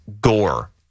Gore